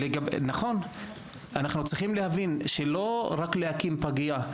נכון, אנחנו צריכים להבין שזה לא רק להקים פגייה.